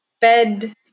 bed